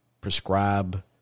prescribe